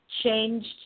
changed